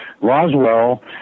Roswell